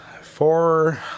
Four